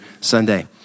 Sunday